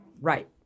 Right